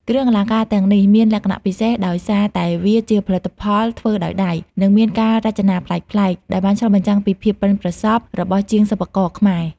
គ្រឿងអលង្ការទាំងនេះមានលក្ខណៈពិសេសដោយសារតែវាជាផលិតផលធ្វើដោយដៃ និងមានការរចនាប្លែកៗ ដែលបានឆ្លុះបញ្ចាំងពីភាពប៉ិនប្រសប់របស់ជាងសិប្បករខ្មែរ។